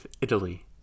Italy